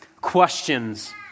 questions